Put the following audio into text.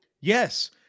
Yes